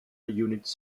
units